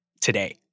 today